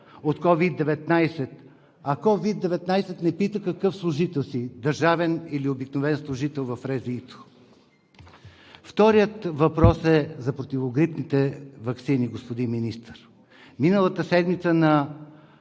от COVID 19. А COVID-19 не пита какъв служител си – държавен или обикновен служител в РЗИ. Вторият въпрос е за противогрипните ваксини, господин Министър. Миналата седмица на